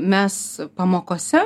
mes pamokose